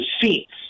seats